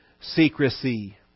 secrecy